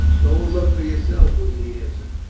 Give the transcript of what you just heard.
go and look for yourself, was the answer.